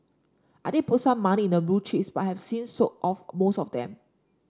I did put some money into blue chips but have since sold off most of them